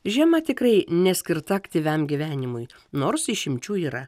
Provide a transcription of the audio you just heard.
žiema tikrai neskirta aktyviam gyvenimui nors išimčių yra